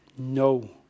no